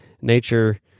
nature